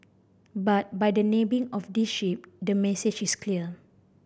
but by the naming of this ship the message is clear